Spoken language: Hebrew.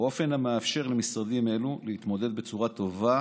באופן המאפשר למשרדים אלו להתמודד בצורה טובה